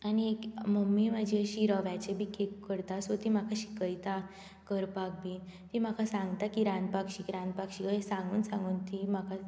आनी एक मम्मीय म्हजी अशी रव्याचे बीन केक करता सो ती म्हाका शिकयता करपाक बीन ती म्हाका सांगता की रांदपाक शिक रांदपाक शिक अशे सांगून सांगून ती म्हाका